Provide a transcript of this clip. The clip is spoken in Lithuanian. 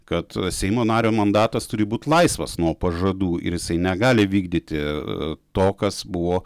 kad seimo nario mandatas turi būt laisvas nuo pažadų ir jisai negali vykdyti to kas buvo